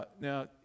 now